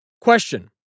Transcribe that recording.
Question